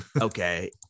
Okay